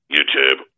YouTube